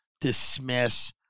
dismiss